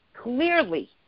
clearly